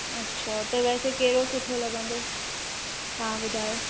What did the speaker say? अछा त वैसे कहिड़ो सुठो लॻंदो तव्हां ॿुधायो